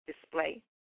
display